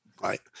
Right